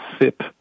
sip